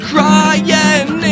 Crying